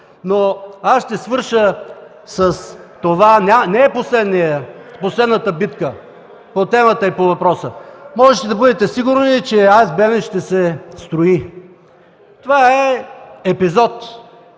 СК.) Ще свърша с това – не е последната битка по темата, по въпроса. Можете да бъдете сигурни, че АЕЦ „Белене” ще се строи! Това е епизод.